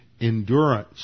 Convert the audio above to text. endurance